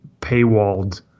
paywalled